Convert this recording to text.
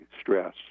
stress